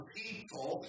people